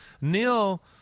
Neil